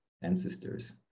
ancestors